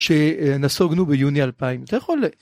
שנסוגנו ביוני אלפיים אתה יכול.